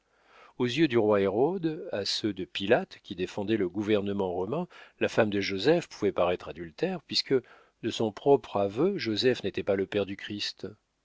aux yeux du roi hérode à ceux de pilate qui défendait le gouvernement romain la femme de joseph pouvait paraître adultère puisque de son propre aveu joseph n'était pas le père du christ